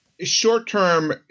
Short-term